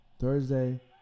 Thursday